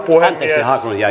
arvoisa puhemies